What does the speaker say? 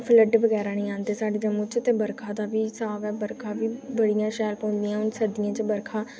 flood बगैरा निं आंदे साढ़े जम्मू च ते बर्खा दा बी स्हाब बर्खा दा बी बड़ियां शैल पौंनियां सर्दि च बर्खा